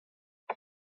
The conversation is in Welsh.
fel